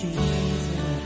Jesus